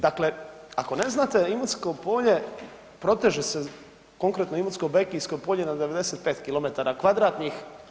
Dakle ako ne znate Imotsko polje proteže se konkretno Imotsko-bekijsko polje na 95 kilometara kvadratnih.